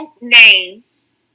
names